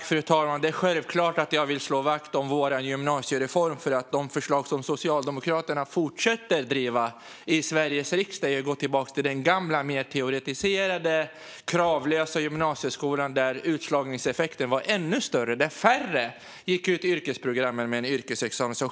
Fru talman! Det är självklart att jag vill slå vakt om vår gymnasiereform, för de förslag som Socialdemokraterna fortsätter att driva fram i Sveriges riksdag innebär att gå tillbaka till den gamla, mer teoretiserade och kravlösa gymnasieskolan där utslagningseffekten var ännu större och färre gick ut yrkesprogrammen med en yrkesexamen.